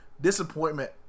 Disappointment